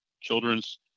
children's